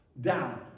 down